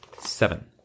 Seven